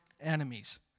enemies